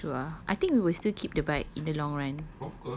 ya that's true ah I think we will still keep the bike in the long run